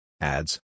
Ads